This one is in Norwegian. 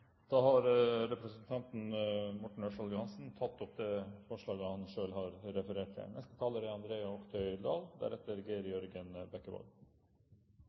Representanten Morten Ørsal Johansen har tatt opp det forslaget han refererte til. TV 2 har